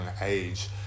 age